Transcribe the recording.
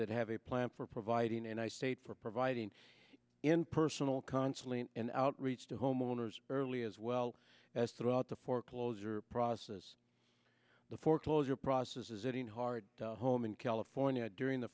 that have a plan for providing and i state for providing in personal constantly and outreach to homeowners early as well as throughout the foreclosure process the foreclosure process is it hard home in california during the